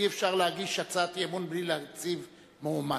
אי-אפשר להגיש הצעת אי-אמון בלי להציב מועמד.